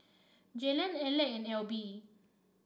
Jalen Aleck and Elby